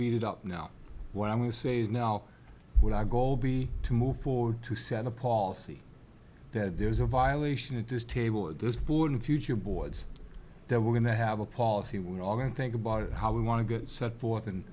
beat it up now what i'm going to say now what our goal be to move forward to set a policy that there's a violation at this table of this board and future boards that we're going to have a policy we're all going to think about how we want to get set forth and